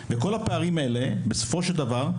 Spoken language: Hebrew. וכל הפערים האלה בסופו של דבר,